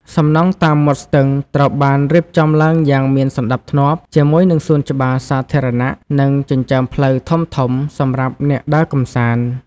សំណង់តាមមាត់ស្ទឹងត្រូវបានរៀបចំឡើងយ៉ាងមានសណ្តាប់ធ្នាប់ ជាមួយនឹងសួនច្បារសាធារណៈ និងចិញ្ចើមផ្លូវធំៗសម្រាប់អ្នកដើរកម្សាន្ត។